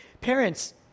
Parents